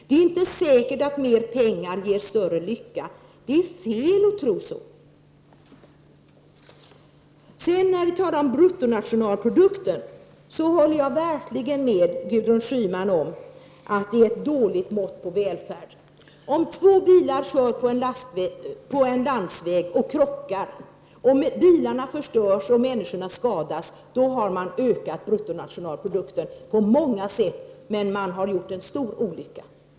Det är inte säkert att mer pengar ger större lycka. Det är fel att tro så. När det talas om bruttonationalprodukten håller jag verkligen med Gudrun Schyman om att den är ett dåligt mått på välfärd. Om två bilar kör på en landsväg och krockar och bilarna förstörs och människor skadas, då har man ökat bruttonationalprodukten på många sätt, men man har gjort en stor olycka.